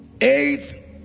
Eighth